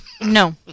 No